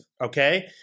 okay